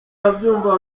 ababyumva